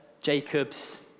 Jacob's